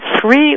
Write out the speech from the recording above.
Three